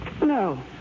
No